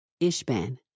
Ishban